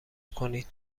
کنید